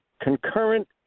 concurrent